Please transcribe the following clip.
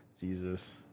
Jesus